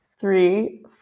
three